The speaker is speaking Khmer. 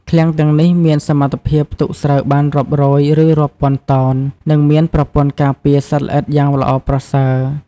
ឃ្លាំងទាំងនេះមានសមត្ថភាពផ្ទុកស្រូវបានរាប់រយ ឬរាប់ពាន់តោន និងមានប្រព័ន្ធការពារសត្វល្អិតយ៉ាងល្អប្រសើរ។